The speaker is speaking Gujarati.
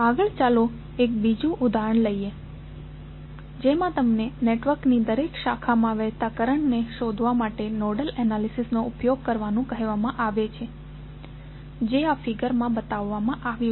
આગળ ચાલો બીજું ઉદાહરણ લઈએ જેમાં તમને નેટવર્કની દરેક શાખામાં વહેતા કરંટને શોધવા માટે નોડલ એનાલિસિસનો ઉપયોગ કરવાનું કહેવામાં આવે છે જે આ ફિગરમાં બતાવવામાં આવ્યું છે